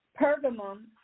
Pergamum